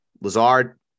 Lazard